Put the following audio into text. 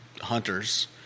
hunters